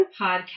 podcast